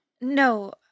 No